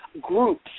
groups